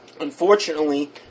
Unfortunately